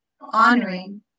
honoring